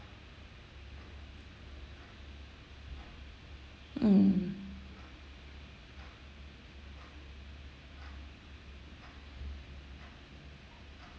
mm